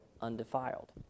undefiled